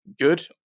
good